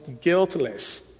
guiltless